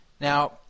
Now